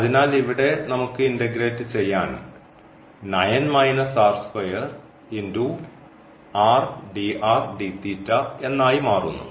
അതിനാൽ ഇവിടെ നമുക്ക് ഇന്റഗ്രേറ്റ് ചെയ്യാൻ എന്നായി മാറുന്നു